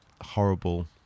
horrible